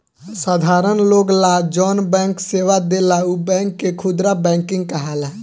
साधारण लोग ला जौन बैंक सेवा देला उ बैंक के खुदरा बैंकिंग कहाला